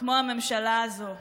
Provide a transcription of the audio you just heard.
כמו הממשלה הזאת.